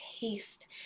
taste